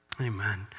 Amen